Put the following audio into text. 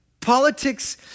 Politics